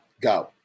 go